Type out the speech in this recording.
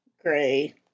Gray